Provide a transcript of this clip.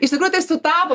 iš tikrųjų tai sutapo